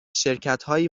شرکتهایی